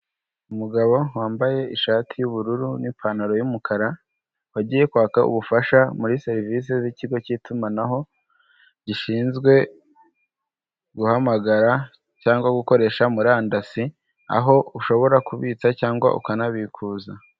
Umugabo wambaye ishati y'ubururu n'ipantaro y'umukara, wagiye kwaka ubufasha muri serivisi zikigo cy'itumanaho, gishinzwe guhamagara cyangwa gukoresha murandasi, aho ushobora kubitsa cyangwa ukanabikuza.